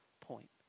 point